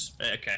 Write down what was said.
Okay